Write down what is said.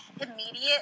immediate